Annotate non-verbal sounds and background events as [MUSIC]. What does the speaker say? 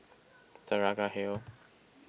Saraca Hill [NOISE]